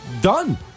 done